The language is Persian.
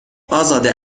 ازاده